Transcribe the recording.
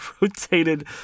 rotated